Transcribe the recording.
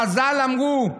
חז"ל אמרו: